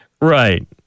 Right